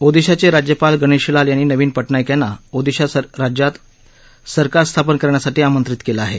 ओदिशाचे राज्यपाल गणेशी लाल यांनी नवीन पटनाईक यांना ओदिशा राज्यात सरकार स्थापन करण्यासाठी आमंत्रित केलं आहे